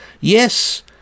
Yes